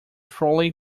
trolley